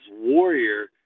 warrior